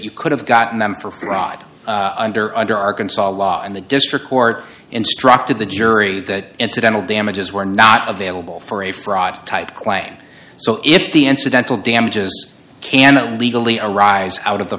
you could have gotten them for fraud under under arkansas law and the district court instructed the jury that incidental damages were not available for a fraud type claim so if the incidental damages cannot legally a rise out of the